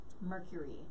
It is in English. mercury